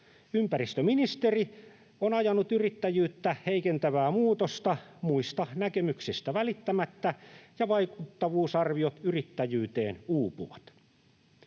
Ympäristöministeri on ajanut yrittäjyyttä heikentävää muutosta muista näkemyksistä välittämättä, ja vaikuttavuusarviot yrittäjyyteen uupuvat.